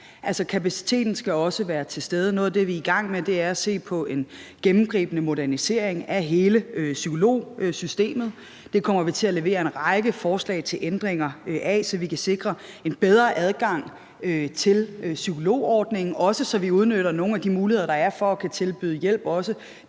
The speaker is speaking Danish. kapaciteten skal også være til stede. Noget af det, vi er i gang med, er at se på en gennemgribende modernisering af hele psykologsystemet. Det kommer vi til at levere en række forslag til ændringer af, så vi kan sikre en bedre adgang til psykologordningen, også så vi udnytter nogle af de muligheder, der er, for også at kunne tilbyde hjælp